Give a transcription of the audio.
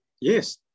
Yes